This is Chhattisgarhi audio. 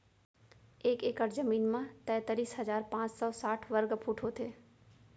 एक एकड़ जमीन मा तैतलीस हजार पाँच सौ साठ वर्ग फुट होथे